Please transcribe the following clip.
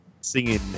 singing